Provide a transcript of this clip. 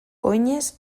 oinez